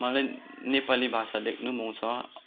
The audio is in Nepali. मलाई नेपाली भाषा लेख्नु पनि आउँछ